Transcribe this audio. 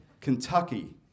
Kentucky